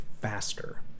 faster